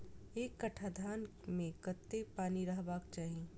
एक कट्ठा धान मे कत्ते पानि रहबाक चाहि?